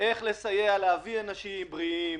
איך להביא אנשים בריאים,